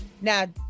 Now